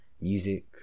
music